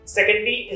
Secondly